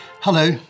Hello